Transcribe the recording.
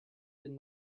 did